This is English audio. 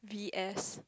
V S